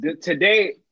today